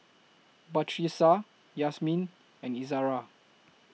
Batrisya Yasmin and Izara